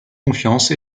confiance